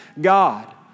God